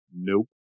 Nope